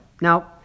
Now